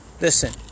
Listen